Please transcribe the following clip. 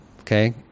okay